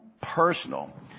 personal